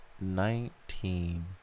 Nineteen